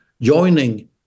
joining